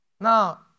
Now